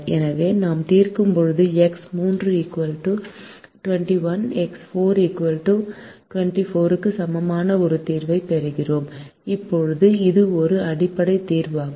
எனவே நாம் தீர்க்கும்போது எக்ஸ் 3 21 எக்ஸ் 4 24 க்கு சமமான ஒரு தீர்வைப் பெறுகிறோம் இப்போது இது ஒரு அடிப்படை தீர்வாகும்